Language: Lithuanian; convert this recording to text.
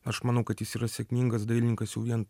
aš manau kad jis yra sėkmingas dailininkas jau vien